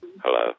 Hello